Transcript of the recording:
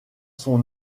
son